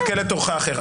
חכה לתור אחר.